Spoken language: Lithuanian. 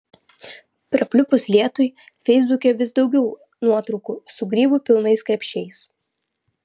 prapliupus lietui feisbuke vis daugiau nuotraukų su grybų pilnais krepšiais